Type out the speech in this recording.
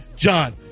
John